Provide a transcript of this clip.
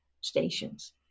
stations